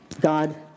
God